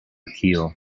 keel